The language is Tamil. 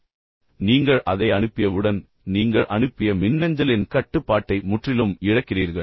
எனவே நீங்கள் அதை அனுப்பியவுடன் நீங்கள் அனுப்பிய மின்னஞ்சலின் கட்டுப்பாட்டை முற்றிலும் இழக்கிறீர்கள்